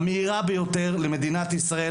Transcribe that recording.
המהירה ביותר למדינת ישראל,